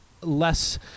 less